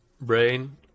brain